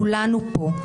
כולנו פה.